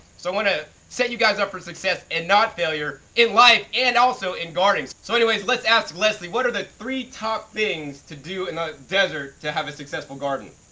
so i wanna set you guys up for success and not failure in life and also in gardens. so anyways, let's ask leslie what are the three top things to do in the desert to have a successful garden.